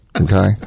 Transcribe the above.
okay